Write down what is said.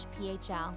PHL